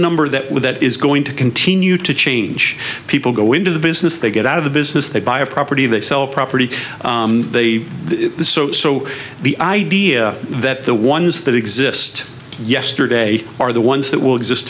number that with that is going to continue to change people go into the business they get out of the business they buy a property they sell a property they so the idea that the ones that exist yesterday are the ones that will exist